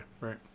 right